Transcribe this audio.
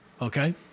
Okay